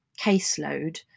caseload